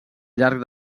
llarg